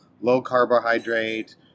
low-carbohydrate